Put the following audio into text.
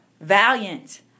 valiant